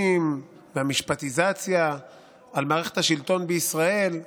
והמשפטיזציה על מערכת השלטון בישראל,